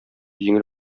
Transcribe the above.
җиңел